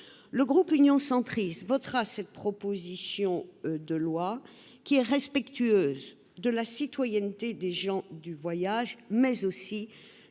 Le groupe Union Centriste votera donc cette proposition de loi, respectueuse de la citoyenneté des gens du voyage et du